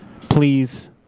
please